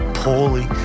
poorly